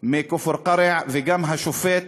מכפר-קרע והשופט